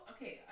Okay